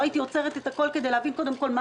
לא הייתי עוצרת את הכל כדי להבין קודם כל מה